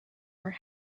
were